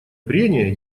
прения